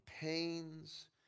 pains